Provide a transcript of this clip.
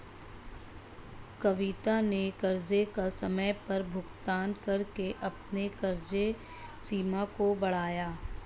कविता ने कर्ज का समय पर भुगतान करके अपने कर्ज सीमा को बढ़ाया